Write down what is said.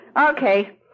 Okay